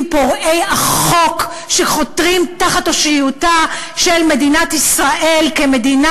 פורעי החוק שחותרים תחת אושיותיה של מדינת ישראל כמדינה